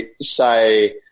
say